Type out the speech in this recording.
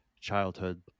childhood